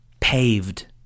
paved